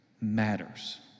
matters